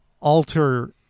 alter